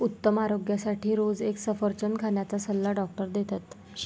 उत्तम आरोग्यासाठी रोज एक सफरचंद खाण्याचा सल्ला डॉक्टर देतात